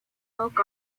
folk